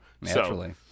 Naturally